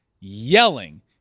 yelling